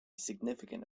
significant